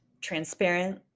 transparent